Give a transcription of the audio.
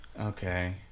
Okay